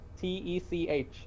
t-e-c-h